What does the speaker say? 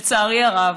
לצערי הרב,